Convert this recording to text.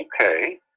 okay